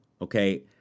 Okay